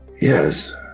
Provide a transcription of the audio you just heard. Yes